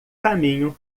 caminho